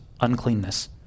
uncleanness